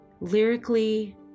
lyrically